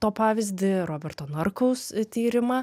to pavyzdį roberto narkaus tyrimą